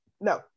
No